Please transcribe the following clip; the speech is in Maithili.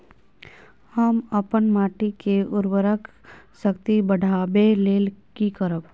हम अपन माटी के उर्वरक शक्ति बढाबै लेल की करब?